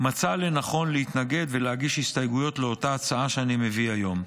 מצא לנכון להתנגד ולהגיש הסתייגויות לאותה הצעה שאני מביא היום,